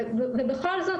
ובכל זאת,